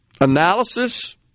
analysis